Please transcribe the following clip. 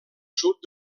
sud